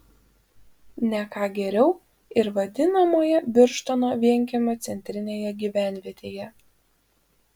ne ką geriau ir vadinamoje birštono vienkiemio centrinėje gyvenvietėje